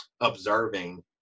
observing